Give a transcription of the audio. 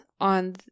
on